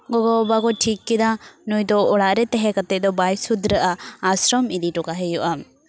ᱜᱚᱜᱚᱼᱵᱟᱵᱟ ᱠᱚ ᱴᱷᱤᱠ ᱠᱮᱫᱟ ᱱᱩᱭ ᱫᱚ ᱚᱲᱟᱜ ᱨᱮ ᱛᱟᱦᱮᱸ ᱠᱟᱛᱮᱫ ᱫᱚ ᱵᱟᱭ ᱥᱩᱫᱷᱨᱟᱹᱜᱼᱟ ᱟᱨ ᱟᱥᱨᱚᱢ ᱤᱫᱤ ᱦᱚᱴᱚ ᱠᱟᱭ ᱦᱩᱭᱩᱜᱼᱟ